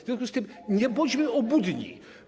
W związku z tym nie bądźmy obłudni.